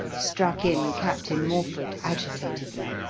struck in captain morford agitatedly.